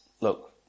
look